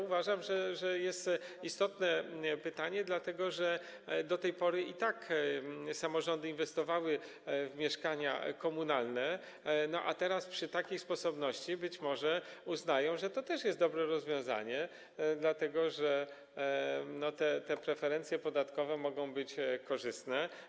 Uważam, że jest to istotne pytanie, dlatego że do tej pory i tak samorządy inwestowały w mieszkania komunalne, a teraz, przy takiej sposobności być może uznają, że to też jest dobre rozwiązanie, dlatego że preferencje podatkowe mogą być dla nich korzystne.